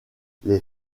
les